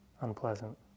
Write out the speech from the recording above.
Unpleasant